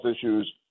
issues